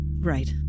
Right